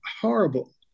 horrible